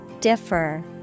Differ